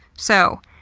so,